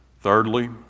Thirdly